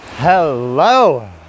Hello